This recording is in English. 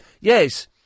Yes